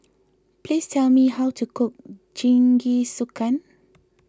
please tell me how to cook Jingisukan